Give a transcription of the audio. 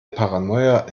paranoia